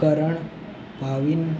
Karan Bhavin